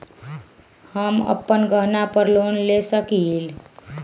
हम अपन गहना पर लोन ले सकील?